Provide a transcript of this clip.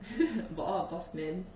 ball boss man